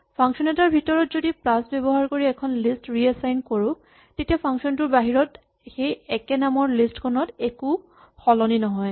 function এটাৰ ভিতৰত আমি যদি প্লাচ ব্যৱহাৰ কৰি লিষ্ট এখন ৰিএচাইন কৰোঁ তেতিয়া ফাংচন টোৰ বাহিৰত সেই একে নামৰ লিষ্ট খনত একো সলনি নহয়